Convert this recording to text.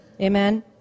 Amen